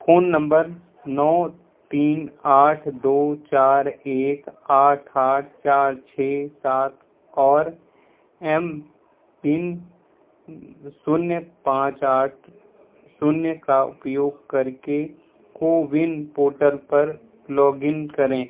phone number नौ तीन आठ दो चार एक आठ आठ चार छह सात और एम पिन शून्य पाँच आठ शून्य का उपयोग करके कोविन पोर्टल पर लॉगिन करें